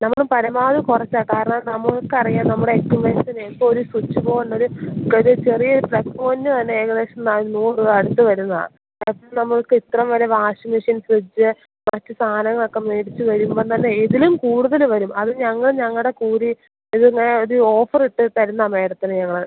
നമ്മള് പരമാവധി കുറച്ചാ കാരണം നമുക്കറിയാം നമ്മുടെ എക്യുപ്മെൻസിന് ഒരു സ്വിച്ച്ബോഡൊരു ഒരു ചെറിയ പ്ലഗ്പോയിന്റ് തന്നെ ഏകദേശം നൂറൂ രൂപയുടെ അടുത്തു വരുന്നതാണ് അത് നമുക്കിത്രയുംവരെ വാഷിംഗ് മെഷീൻ ഫ്രിഡ്ജ് മറ്റു സാധനങ്ങളൊക്ക മേടിച്ചുവരുമ്പോള്ത്തന്നെ ഇതിലും കൂടുതല് വരും അത് ഞങ്ങൾ ഞങ്ങളുടെ കൂടി ഇതിന് ഒര് ഓഫറിട്ട് തരുന്നതാണ് മേഡത്തിന് ഞങ്ങള്